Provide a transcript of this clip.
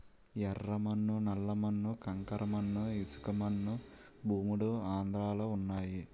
యెర్ర మన్ను నల్ల మన్ను కంకర మన్ను ఇసకమన్ను భూములు ఆంధ్రలో వున్నయి